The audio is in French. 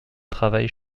travaille